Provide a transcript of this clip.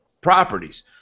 properties